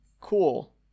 cool